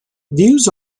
views